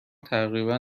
تقریبا